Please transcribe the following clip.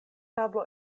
tablo